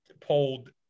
pulled